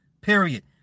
period